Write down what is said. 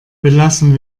belassen